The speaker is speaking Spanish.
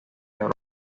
dolores